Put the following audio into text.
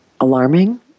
alarming